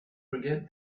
forget